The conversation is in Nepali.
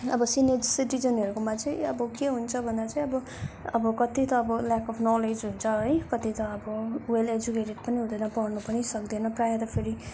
अब सिनियर सिटिजनहरूकोमा चाहिँ अब के हुन्छ भन्दा चाहिँ अब अब कत्ति त अब ल्याक अफ नलेज हुन्छ है कति त अब वेल एजुकेटेड पनि हुँदैन पढ्नु पनि सक्दैन प्रायः त फेरि